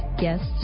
guests